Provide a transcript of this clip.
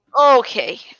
Okay